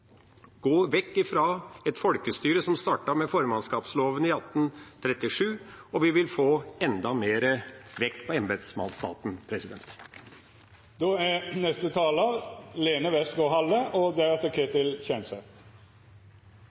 gå vekk fra et folkestyre som startet med formannskapslovene i 1837, og vi vil få enda mer vekt på embetsmannsstaten. Det er